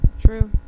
True